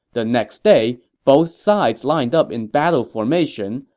the next day, both sides lined up in battle formation.